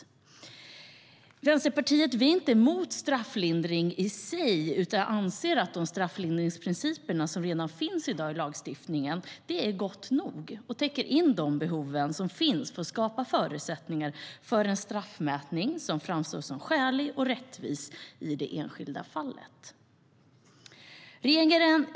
Vi i Vänsterpartiet är inte emot strafflindring i sig utan anser att de strafflindringsprinciper som redan finns i dag i lagstiftningen är goda nog och täcker in de behov som finns för att skapa förutsättningar för en straffmätning som framstår som skälig och rättvis i det enskilda fallet.